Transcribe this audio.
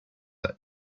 let